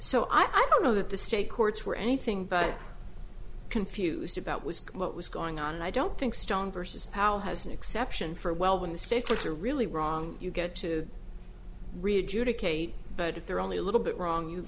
so i don't know that the state courts were anything but confused about was what was going on and i don't think stone versus powell has an exception for well when the stakes are really wrong you get to redo to kate but if they're only a little bit wrong you